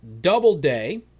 Doubleday